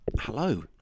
Hello